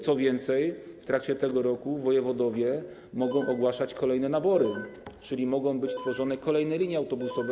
Co więcej, w trakcie tego roku wojewodowie mogą ogłaszać kolejne nabory, czyli mogą być tworzone kolejne linie autobusowe.